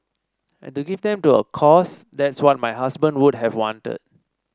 and to give them to a cause that's what my husband would have wanted